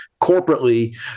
corporately